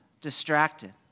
distracted